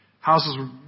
Houses